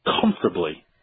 comfortably